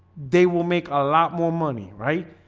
they will make a lot more money, right